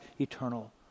eternal